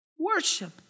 Worship